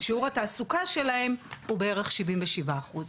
שיעור התעסוקה שלהם הוא בערך 77 אחוז.